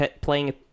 playing